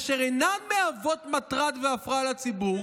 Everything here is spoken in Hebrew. אשר אינן מהוות מטרד והפרעה לציבור